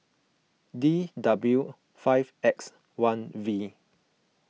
D W five X one V